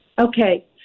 Okay